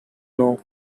know